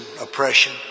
oppression